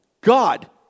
God